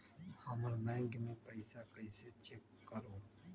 हमर बैंक में पईसा कईसे चेक करु?